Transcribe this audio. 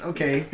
Okay